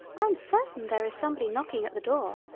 i am certain there is somebody knocking at the door.